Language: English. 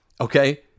Okay